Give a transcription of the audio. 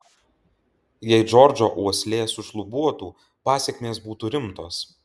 jei džordžo uoslė sušlubuotų pasekmės būtų rimtos